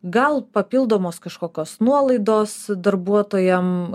gal papildomos kažkokios nuolaidos darbuotojam